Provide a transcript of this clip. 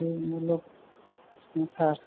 बे मुलुग संसार